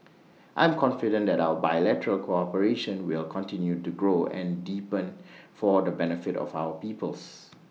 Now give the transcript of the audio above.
I am confident that our bilateral cooperation will continue to grow and deepen for the benefit of our peoples